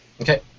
Okay